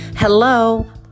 Hello